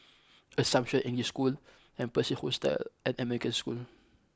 Assumption English School and Pearl's Hill Hostel and American School